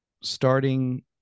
starting